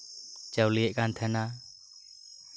ᱪᱟᱣᱞᱮ ᱮᱫ ᱠᱟᱱ ᱛᱟᱦᱮᱱᱟ